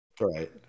right